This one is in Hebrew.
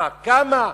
מה, כמה?